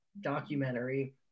documentary